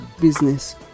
business